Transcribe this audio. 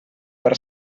per